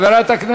אני רוצה לדעת.